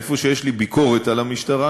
איפה שיש לי ביקורת על המשטרה,